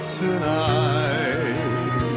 tonight